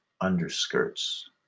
underskirts